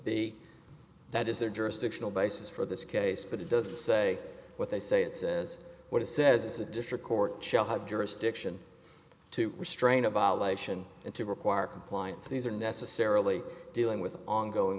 b that is their jurisdictional basis for this case but it doesn't say what they say it says what it says is a district court shall have jurisdiction to restrain a violation and to require compliance these are necessarily dealing with ongoing